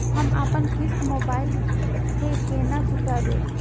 हम अपन किस्त मोबाइल से केना चूकेब?